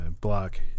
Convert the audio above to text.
block